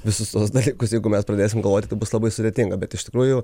visus tuos dalykus jeigu mes pradėsim galvoti tai bus labai sudėtinga bet iš tikrųjų